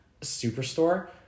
Superstore